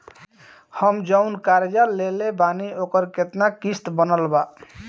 हम जऊन कर्जा लेले बानी ओकर केतना किश्त बनल बा?